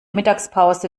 mittagspause